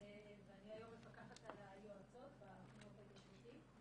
ואני היום מפקחת על היועצות בחינוך ההתיישבותי.